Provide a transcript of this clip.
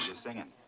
singing.